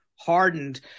hardened